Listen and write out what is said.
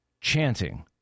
chanting